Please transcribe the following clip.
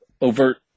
overt